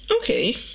Okay